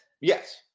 Yes